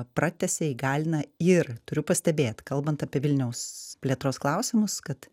pratęsia įgalina ir turiu pastebėt kalbant apie vilniaus plėtros klausimus kad